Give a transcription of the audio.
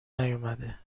نیومده